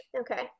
okay